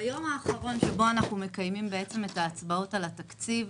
ביום האחרון שבו אנחנו מקיימים את ההצבעות על התקציב,